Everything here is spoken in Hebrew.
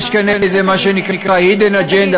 יש כאן איזה מה שנקרא hidden agenda,